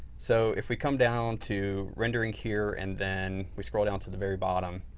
so, if we come down to rendering here and then we scroll down to the very bottom,